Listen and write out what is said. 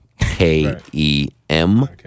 K-E-M